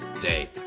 Day